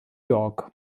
york